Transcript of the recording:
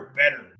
better